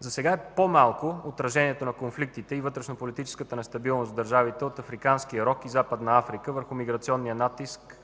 Засега е по-малко отражението на конфликтите и вътрешнополитическата нестабилност в държавите от Африканския рог и Западна Африка върху миграционния натиск